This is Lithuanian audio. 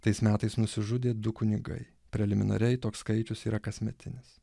tais metais nusižudė du kunigai preliminariai toks skaičius yra kasmetinis